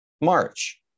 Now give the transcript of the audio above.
March